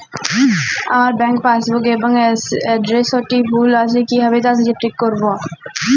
আমার bank passbook এর এড্রেসটি ভুল আছে কিভাবে তা ঠিক করবো?